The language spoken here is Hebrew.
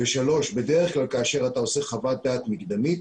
שלישית, בדרך כלל כאשר אתה עושה חוות דעת מקדמית,